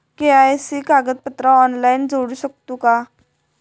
KYC कागदपत्रा online जोडू शकतू का?